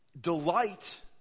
delight